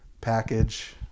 package